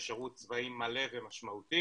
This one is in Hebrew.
לשירות צבאי מלא ומשמעותי.